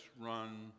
run